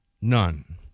none